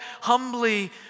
humbly